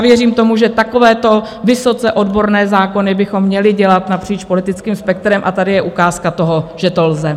Věřím tomu, že takovéto vysoce odborné zákony bychom měli dělat napříč politickým spektrem, a tady je ukázka toho, že to lze.